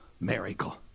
miracle